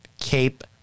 cape